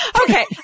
okay